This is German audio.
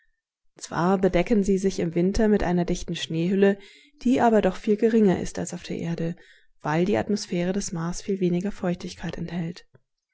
zwar bedecken sie sich im winter mit einer dichten schneehülle die aber doch viel geringer ist als auf der erde weil die atmosphäre des mars viel weniger feuchtigkeit enthält